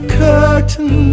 curtain